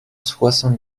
soixante